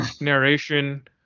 narration